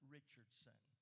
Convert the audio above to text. Richardson